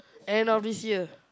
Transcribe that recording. end of this year